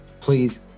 please